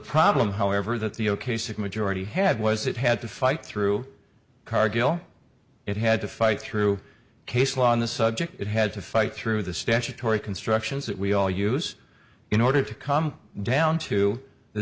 problem however that the ok sic majority had was it had to fight through cargill it had to fight through case law on the subject it had to fight through the statutory constructions that we all use in order to come down to th